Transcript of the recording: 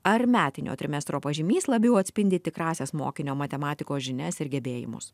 ar metinio trimestro pažymys labiau atspindi tikrąsias mokinio matematikos žinias ir gebėjimus